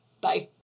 Bye